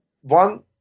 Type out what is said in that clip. one